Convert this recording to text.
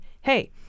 Hey